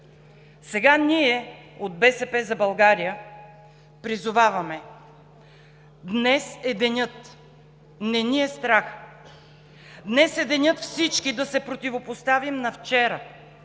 Сега ние, от БСП за България, призоваваме: днес е денят! Не ни е страх! Днес е денят всички да се противопоставим на вчера,